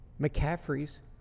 McCaffrey's